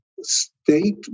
state